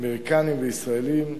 אמריקניים וישראליים.